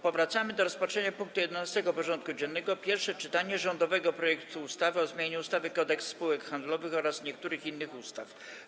Powracamy do rozpatrzenia punktu 11. porządku dziennego: Pierwsze czytanie rządowego projektu ustawy o zmianie ustawy Kodeks spółek handlowych oraz niektórych innych ustaw.